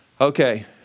okay